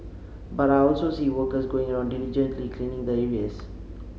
but I also see workers going on diligently cleaning the areas